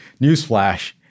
newsflash